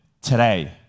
today